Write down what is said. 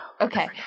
Okay